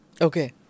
Okay